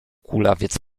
kulawiec